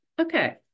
Okay